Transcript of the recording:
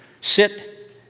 Sit